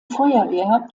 feuerwehr